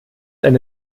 eine